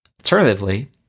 Alternatively